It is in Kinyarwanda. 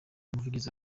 umuvugizi